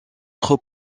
trop